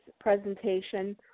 presentation